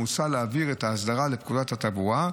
מוצע להעביר את ההסדרה לפקודת התעבורה.